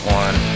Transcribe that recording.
one